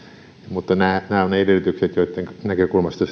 mutta nämä nämä ovat ne edellytykset joitten näkökulmasta